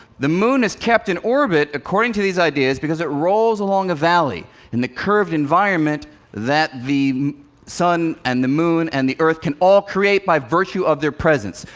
the moon is kept in orbit, according to these ideas, because it rolls along a valley in the curved environment that the sun and the moon and the earth can all create by virtue of their presence.